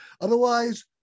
Otherwise